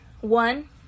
one